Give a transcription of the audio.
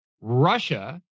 Russia